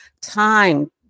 time